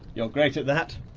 you're great at that.